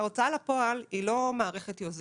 ההוצאה לפועל היא לא מערכת יוזמת.